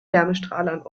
wärmestrahlern